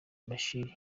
bashir